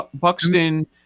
Buxton